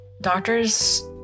doctors